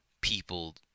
people